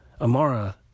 Amara